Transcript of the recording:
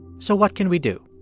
so what can we do?